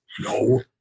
No